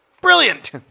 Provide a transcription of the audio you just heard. brilliant